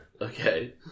Okay